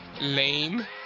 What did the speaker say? Lame